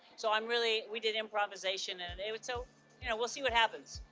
so i'm really we did improvisation and david so you know we'll see what happens.